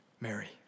Mary